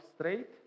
straight